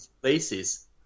places